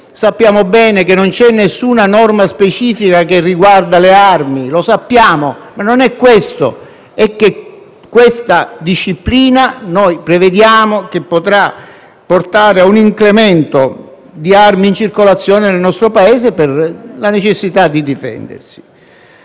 Sappiamo bene che non c'è alcuna norma specifica che riguarda le armi; lo sappiamo, ma non è questo il punto. Noi prevediamo che questa disciplina potrà portare a un incremento di armi in circolazione nel nostro Paese per la necessità di difendersi.